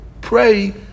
pray